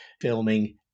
filming